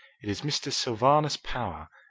it is mr. sylvanus power,